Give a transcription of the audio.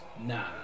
Nah